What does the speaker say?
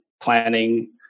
planning